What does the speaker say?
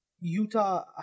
Utah